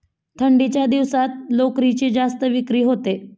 थंडीच्या दिवसात लोकरीची जास्त विक्री होते